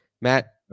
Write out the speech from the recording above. Matt